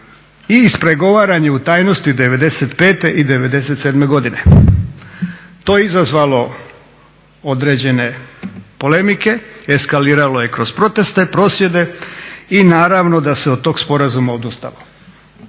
i ispregovaran je u tajnosti '95. i '97. godine. To je izazvalo određene polemike, eskaliralo je kroz proteste, prosvjede i naravno da se od tog sporazuma odustalo.